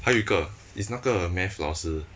还有一个 is 那个 math 老师